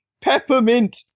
peppermint